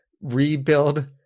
Rebuild